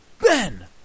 Ben